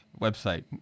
website